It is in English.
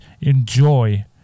enjoy